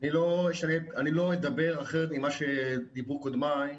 אני לא אדבר אחרת מכפי שדיברו קודמיי.